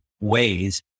ways